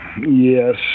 yes